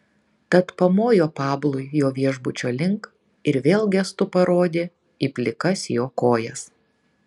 tad pamojo pablui jo viešbučio link ir vėl gestu parodė į plikas jo kojas